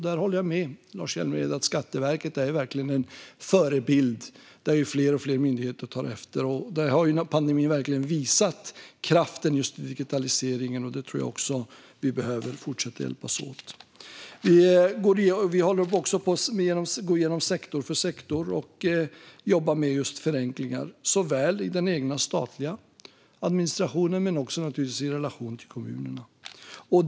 Jag håller med Lars Hjälmered om att Skatteverket verkligen är en förebild, som fler och fler myndigheter tar efter. Pandemin har verkligen visat kraften i digitaliseringen, och där tror jag också att vi behöver fortsätta hjälpas åt. Vi håller också på att gå igenom sektor för sektor och jobba med förenklingar, i den egna statliga administrationen men också naturligtvis i relation till kommunerna.